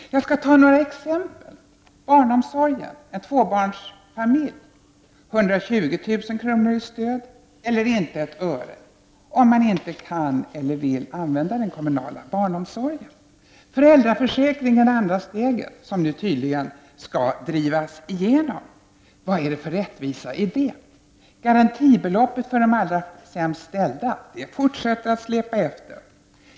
Jag skall ta några exempel. Barnomsorgen: En tvåbarnsfamilj får 120 000 kr. i stöd eller inte ett öre, om man inte kan eller vill anlita den kommunala barnomsorgen. Föräldraförsäkringen, andra steget, som nu tydligen skall drivas igenom, vad är det för rättvisa i det? Garantibeloppet för de allra sämst ställda fortsätter att släpa efter.